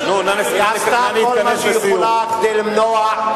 היא עשתה כל מה שהיא יכולה כדי למנוע,